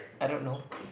I don't know